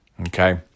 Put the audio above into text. Okay